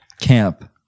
camp